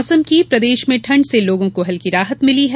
मौसम प्रदेश में ठण्ड से लोगों को हल्की राहत मिली है